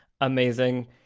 amazing